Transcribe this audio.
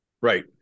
Right